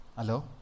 Hello